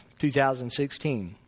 2016